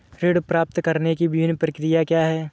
ऋण प्राप्त करने की विभिन्न प्रक्रिया क्या हैं?